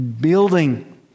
building